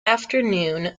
afternoon